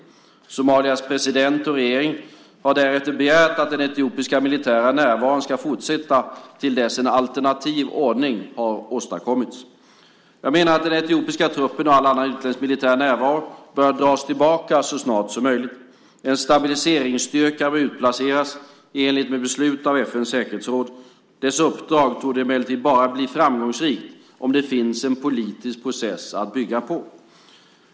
Somalias president och regering har därefter begärt att den etiopiska militära närvaron ska fortsätta till dess en alternativ ordning har åstadkommits. Jag menar att den etiopiska truppen och all annan utländsk militär närvaro bör dras tillbaka så snart som möjligt. En stabiliseringsstyrka bör utplaceras i enlighet med beslut av FN:s säkerhetsråd. Dess uppdrag torde emellertid bara bli framgångsrikt om det finns en politisk process att bygga på.